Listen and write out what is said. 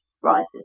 rises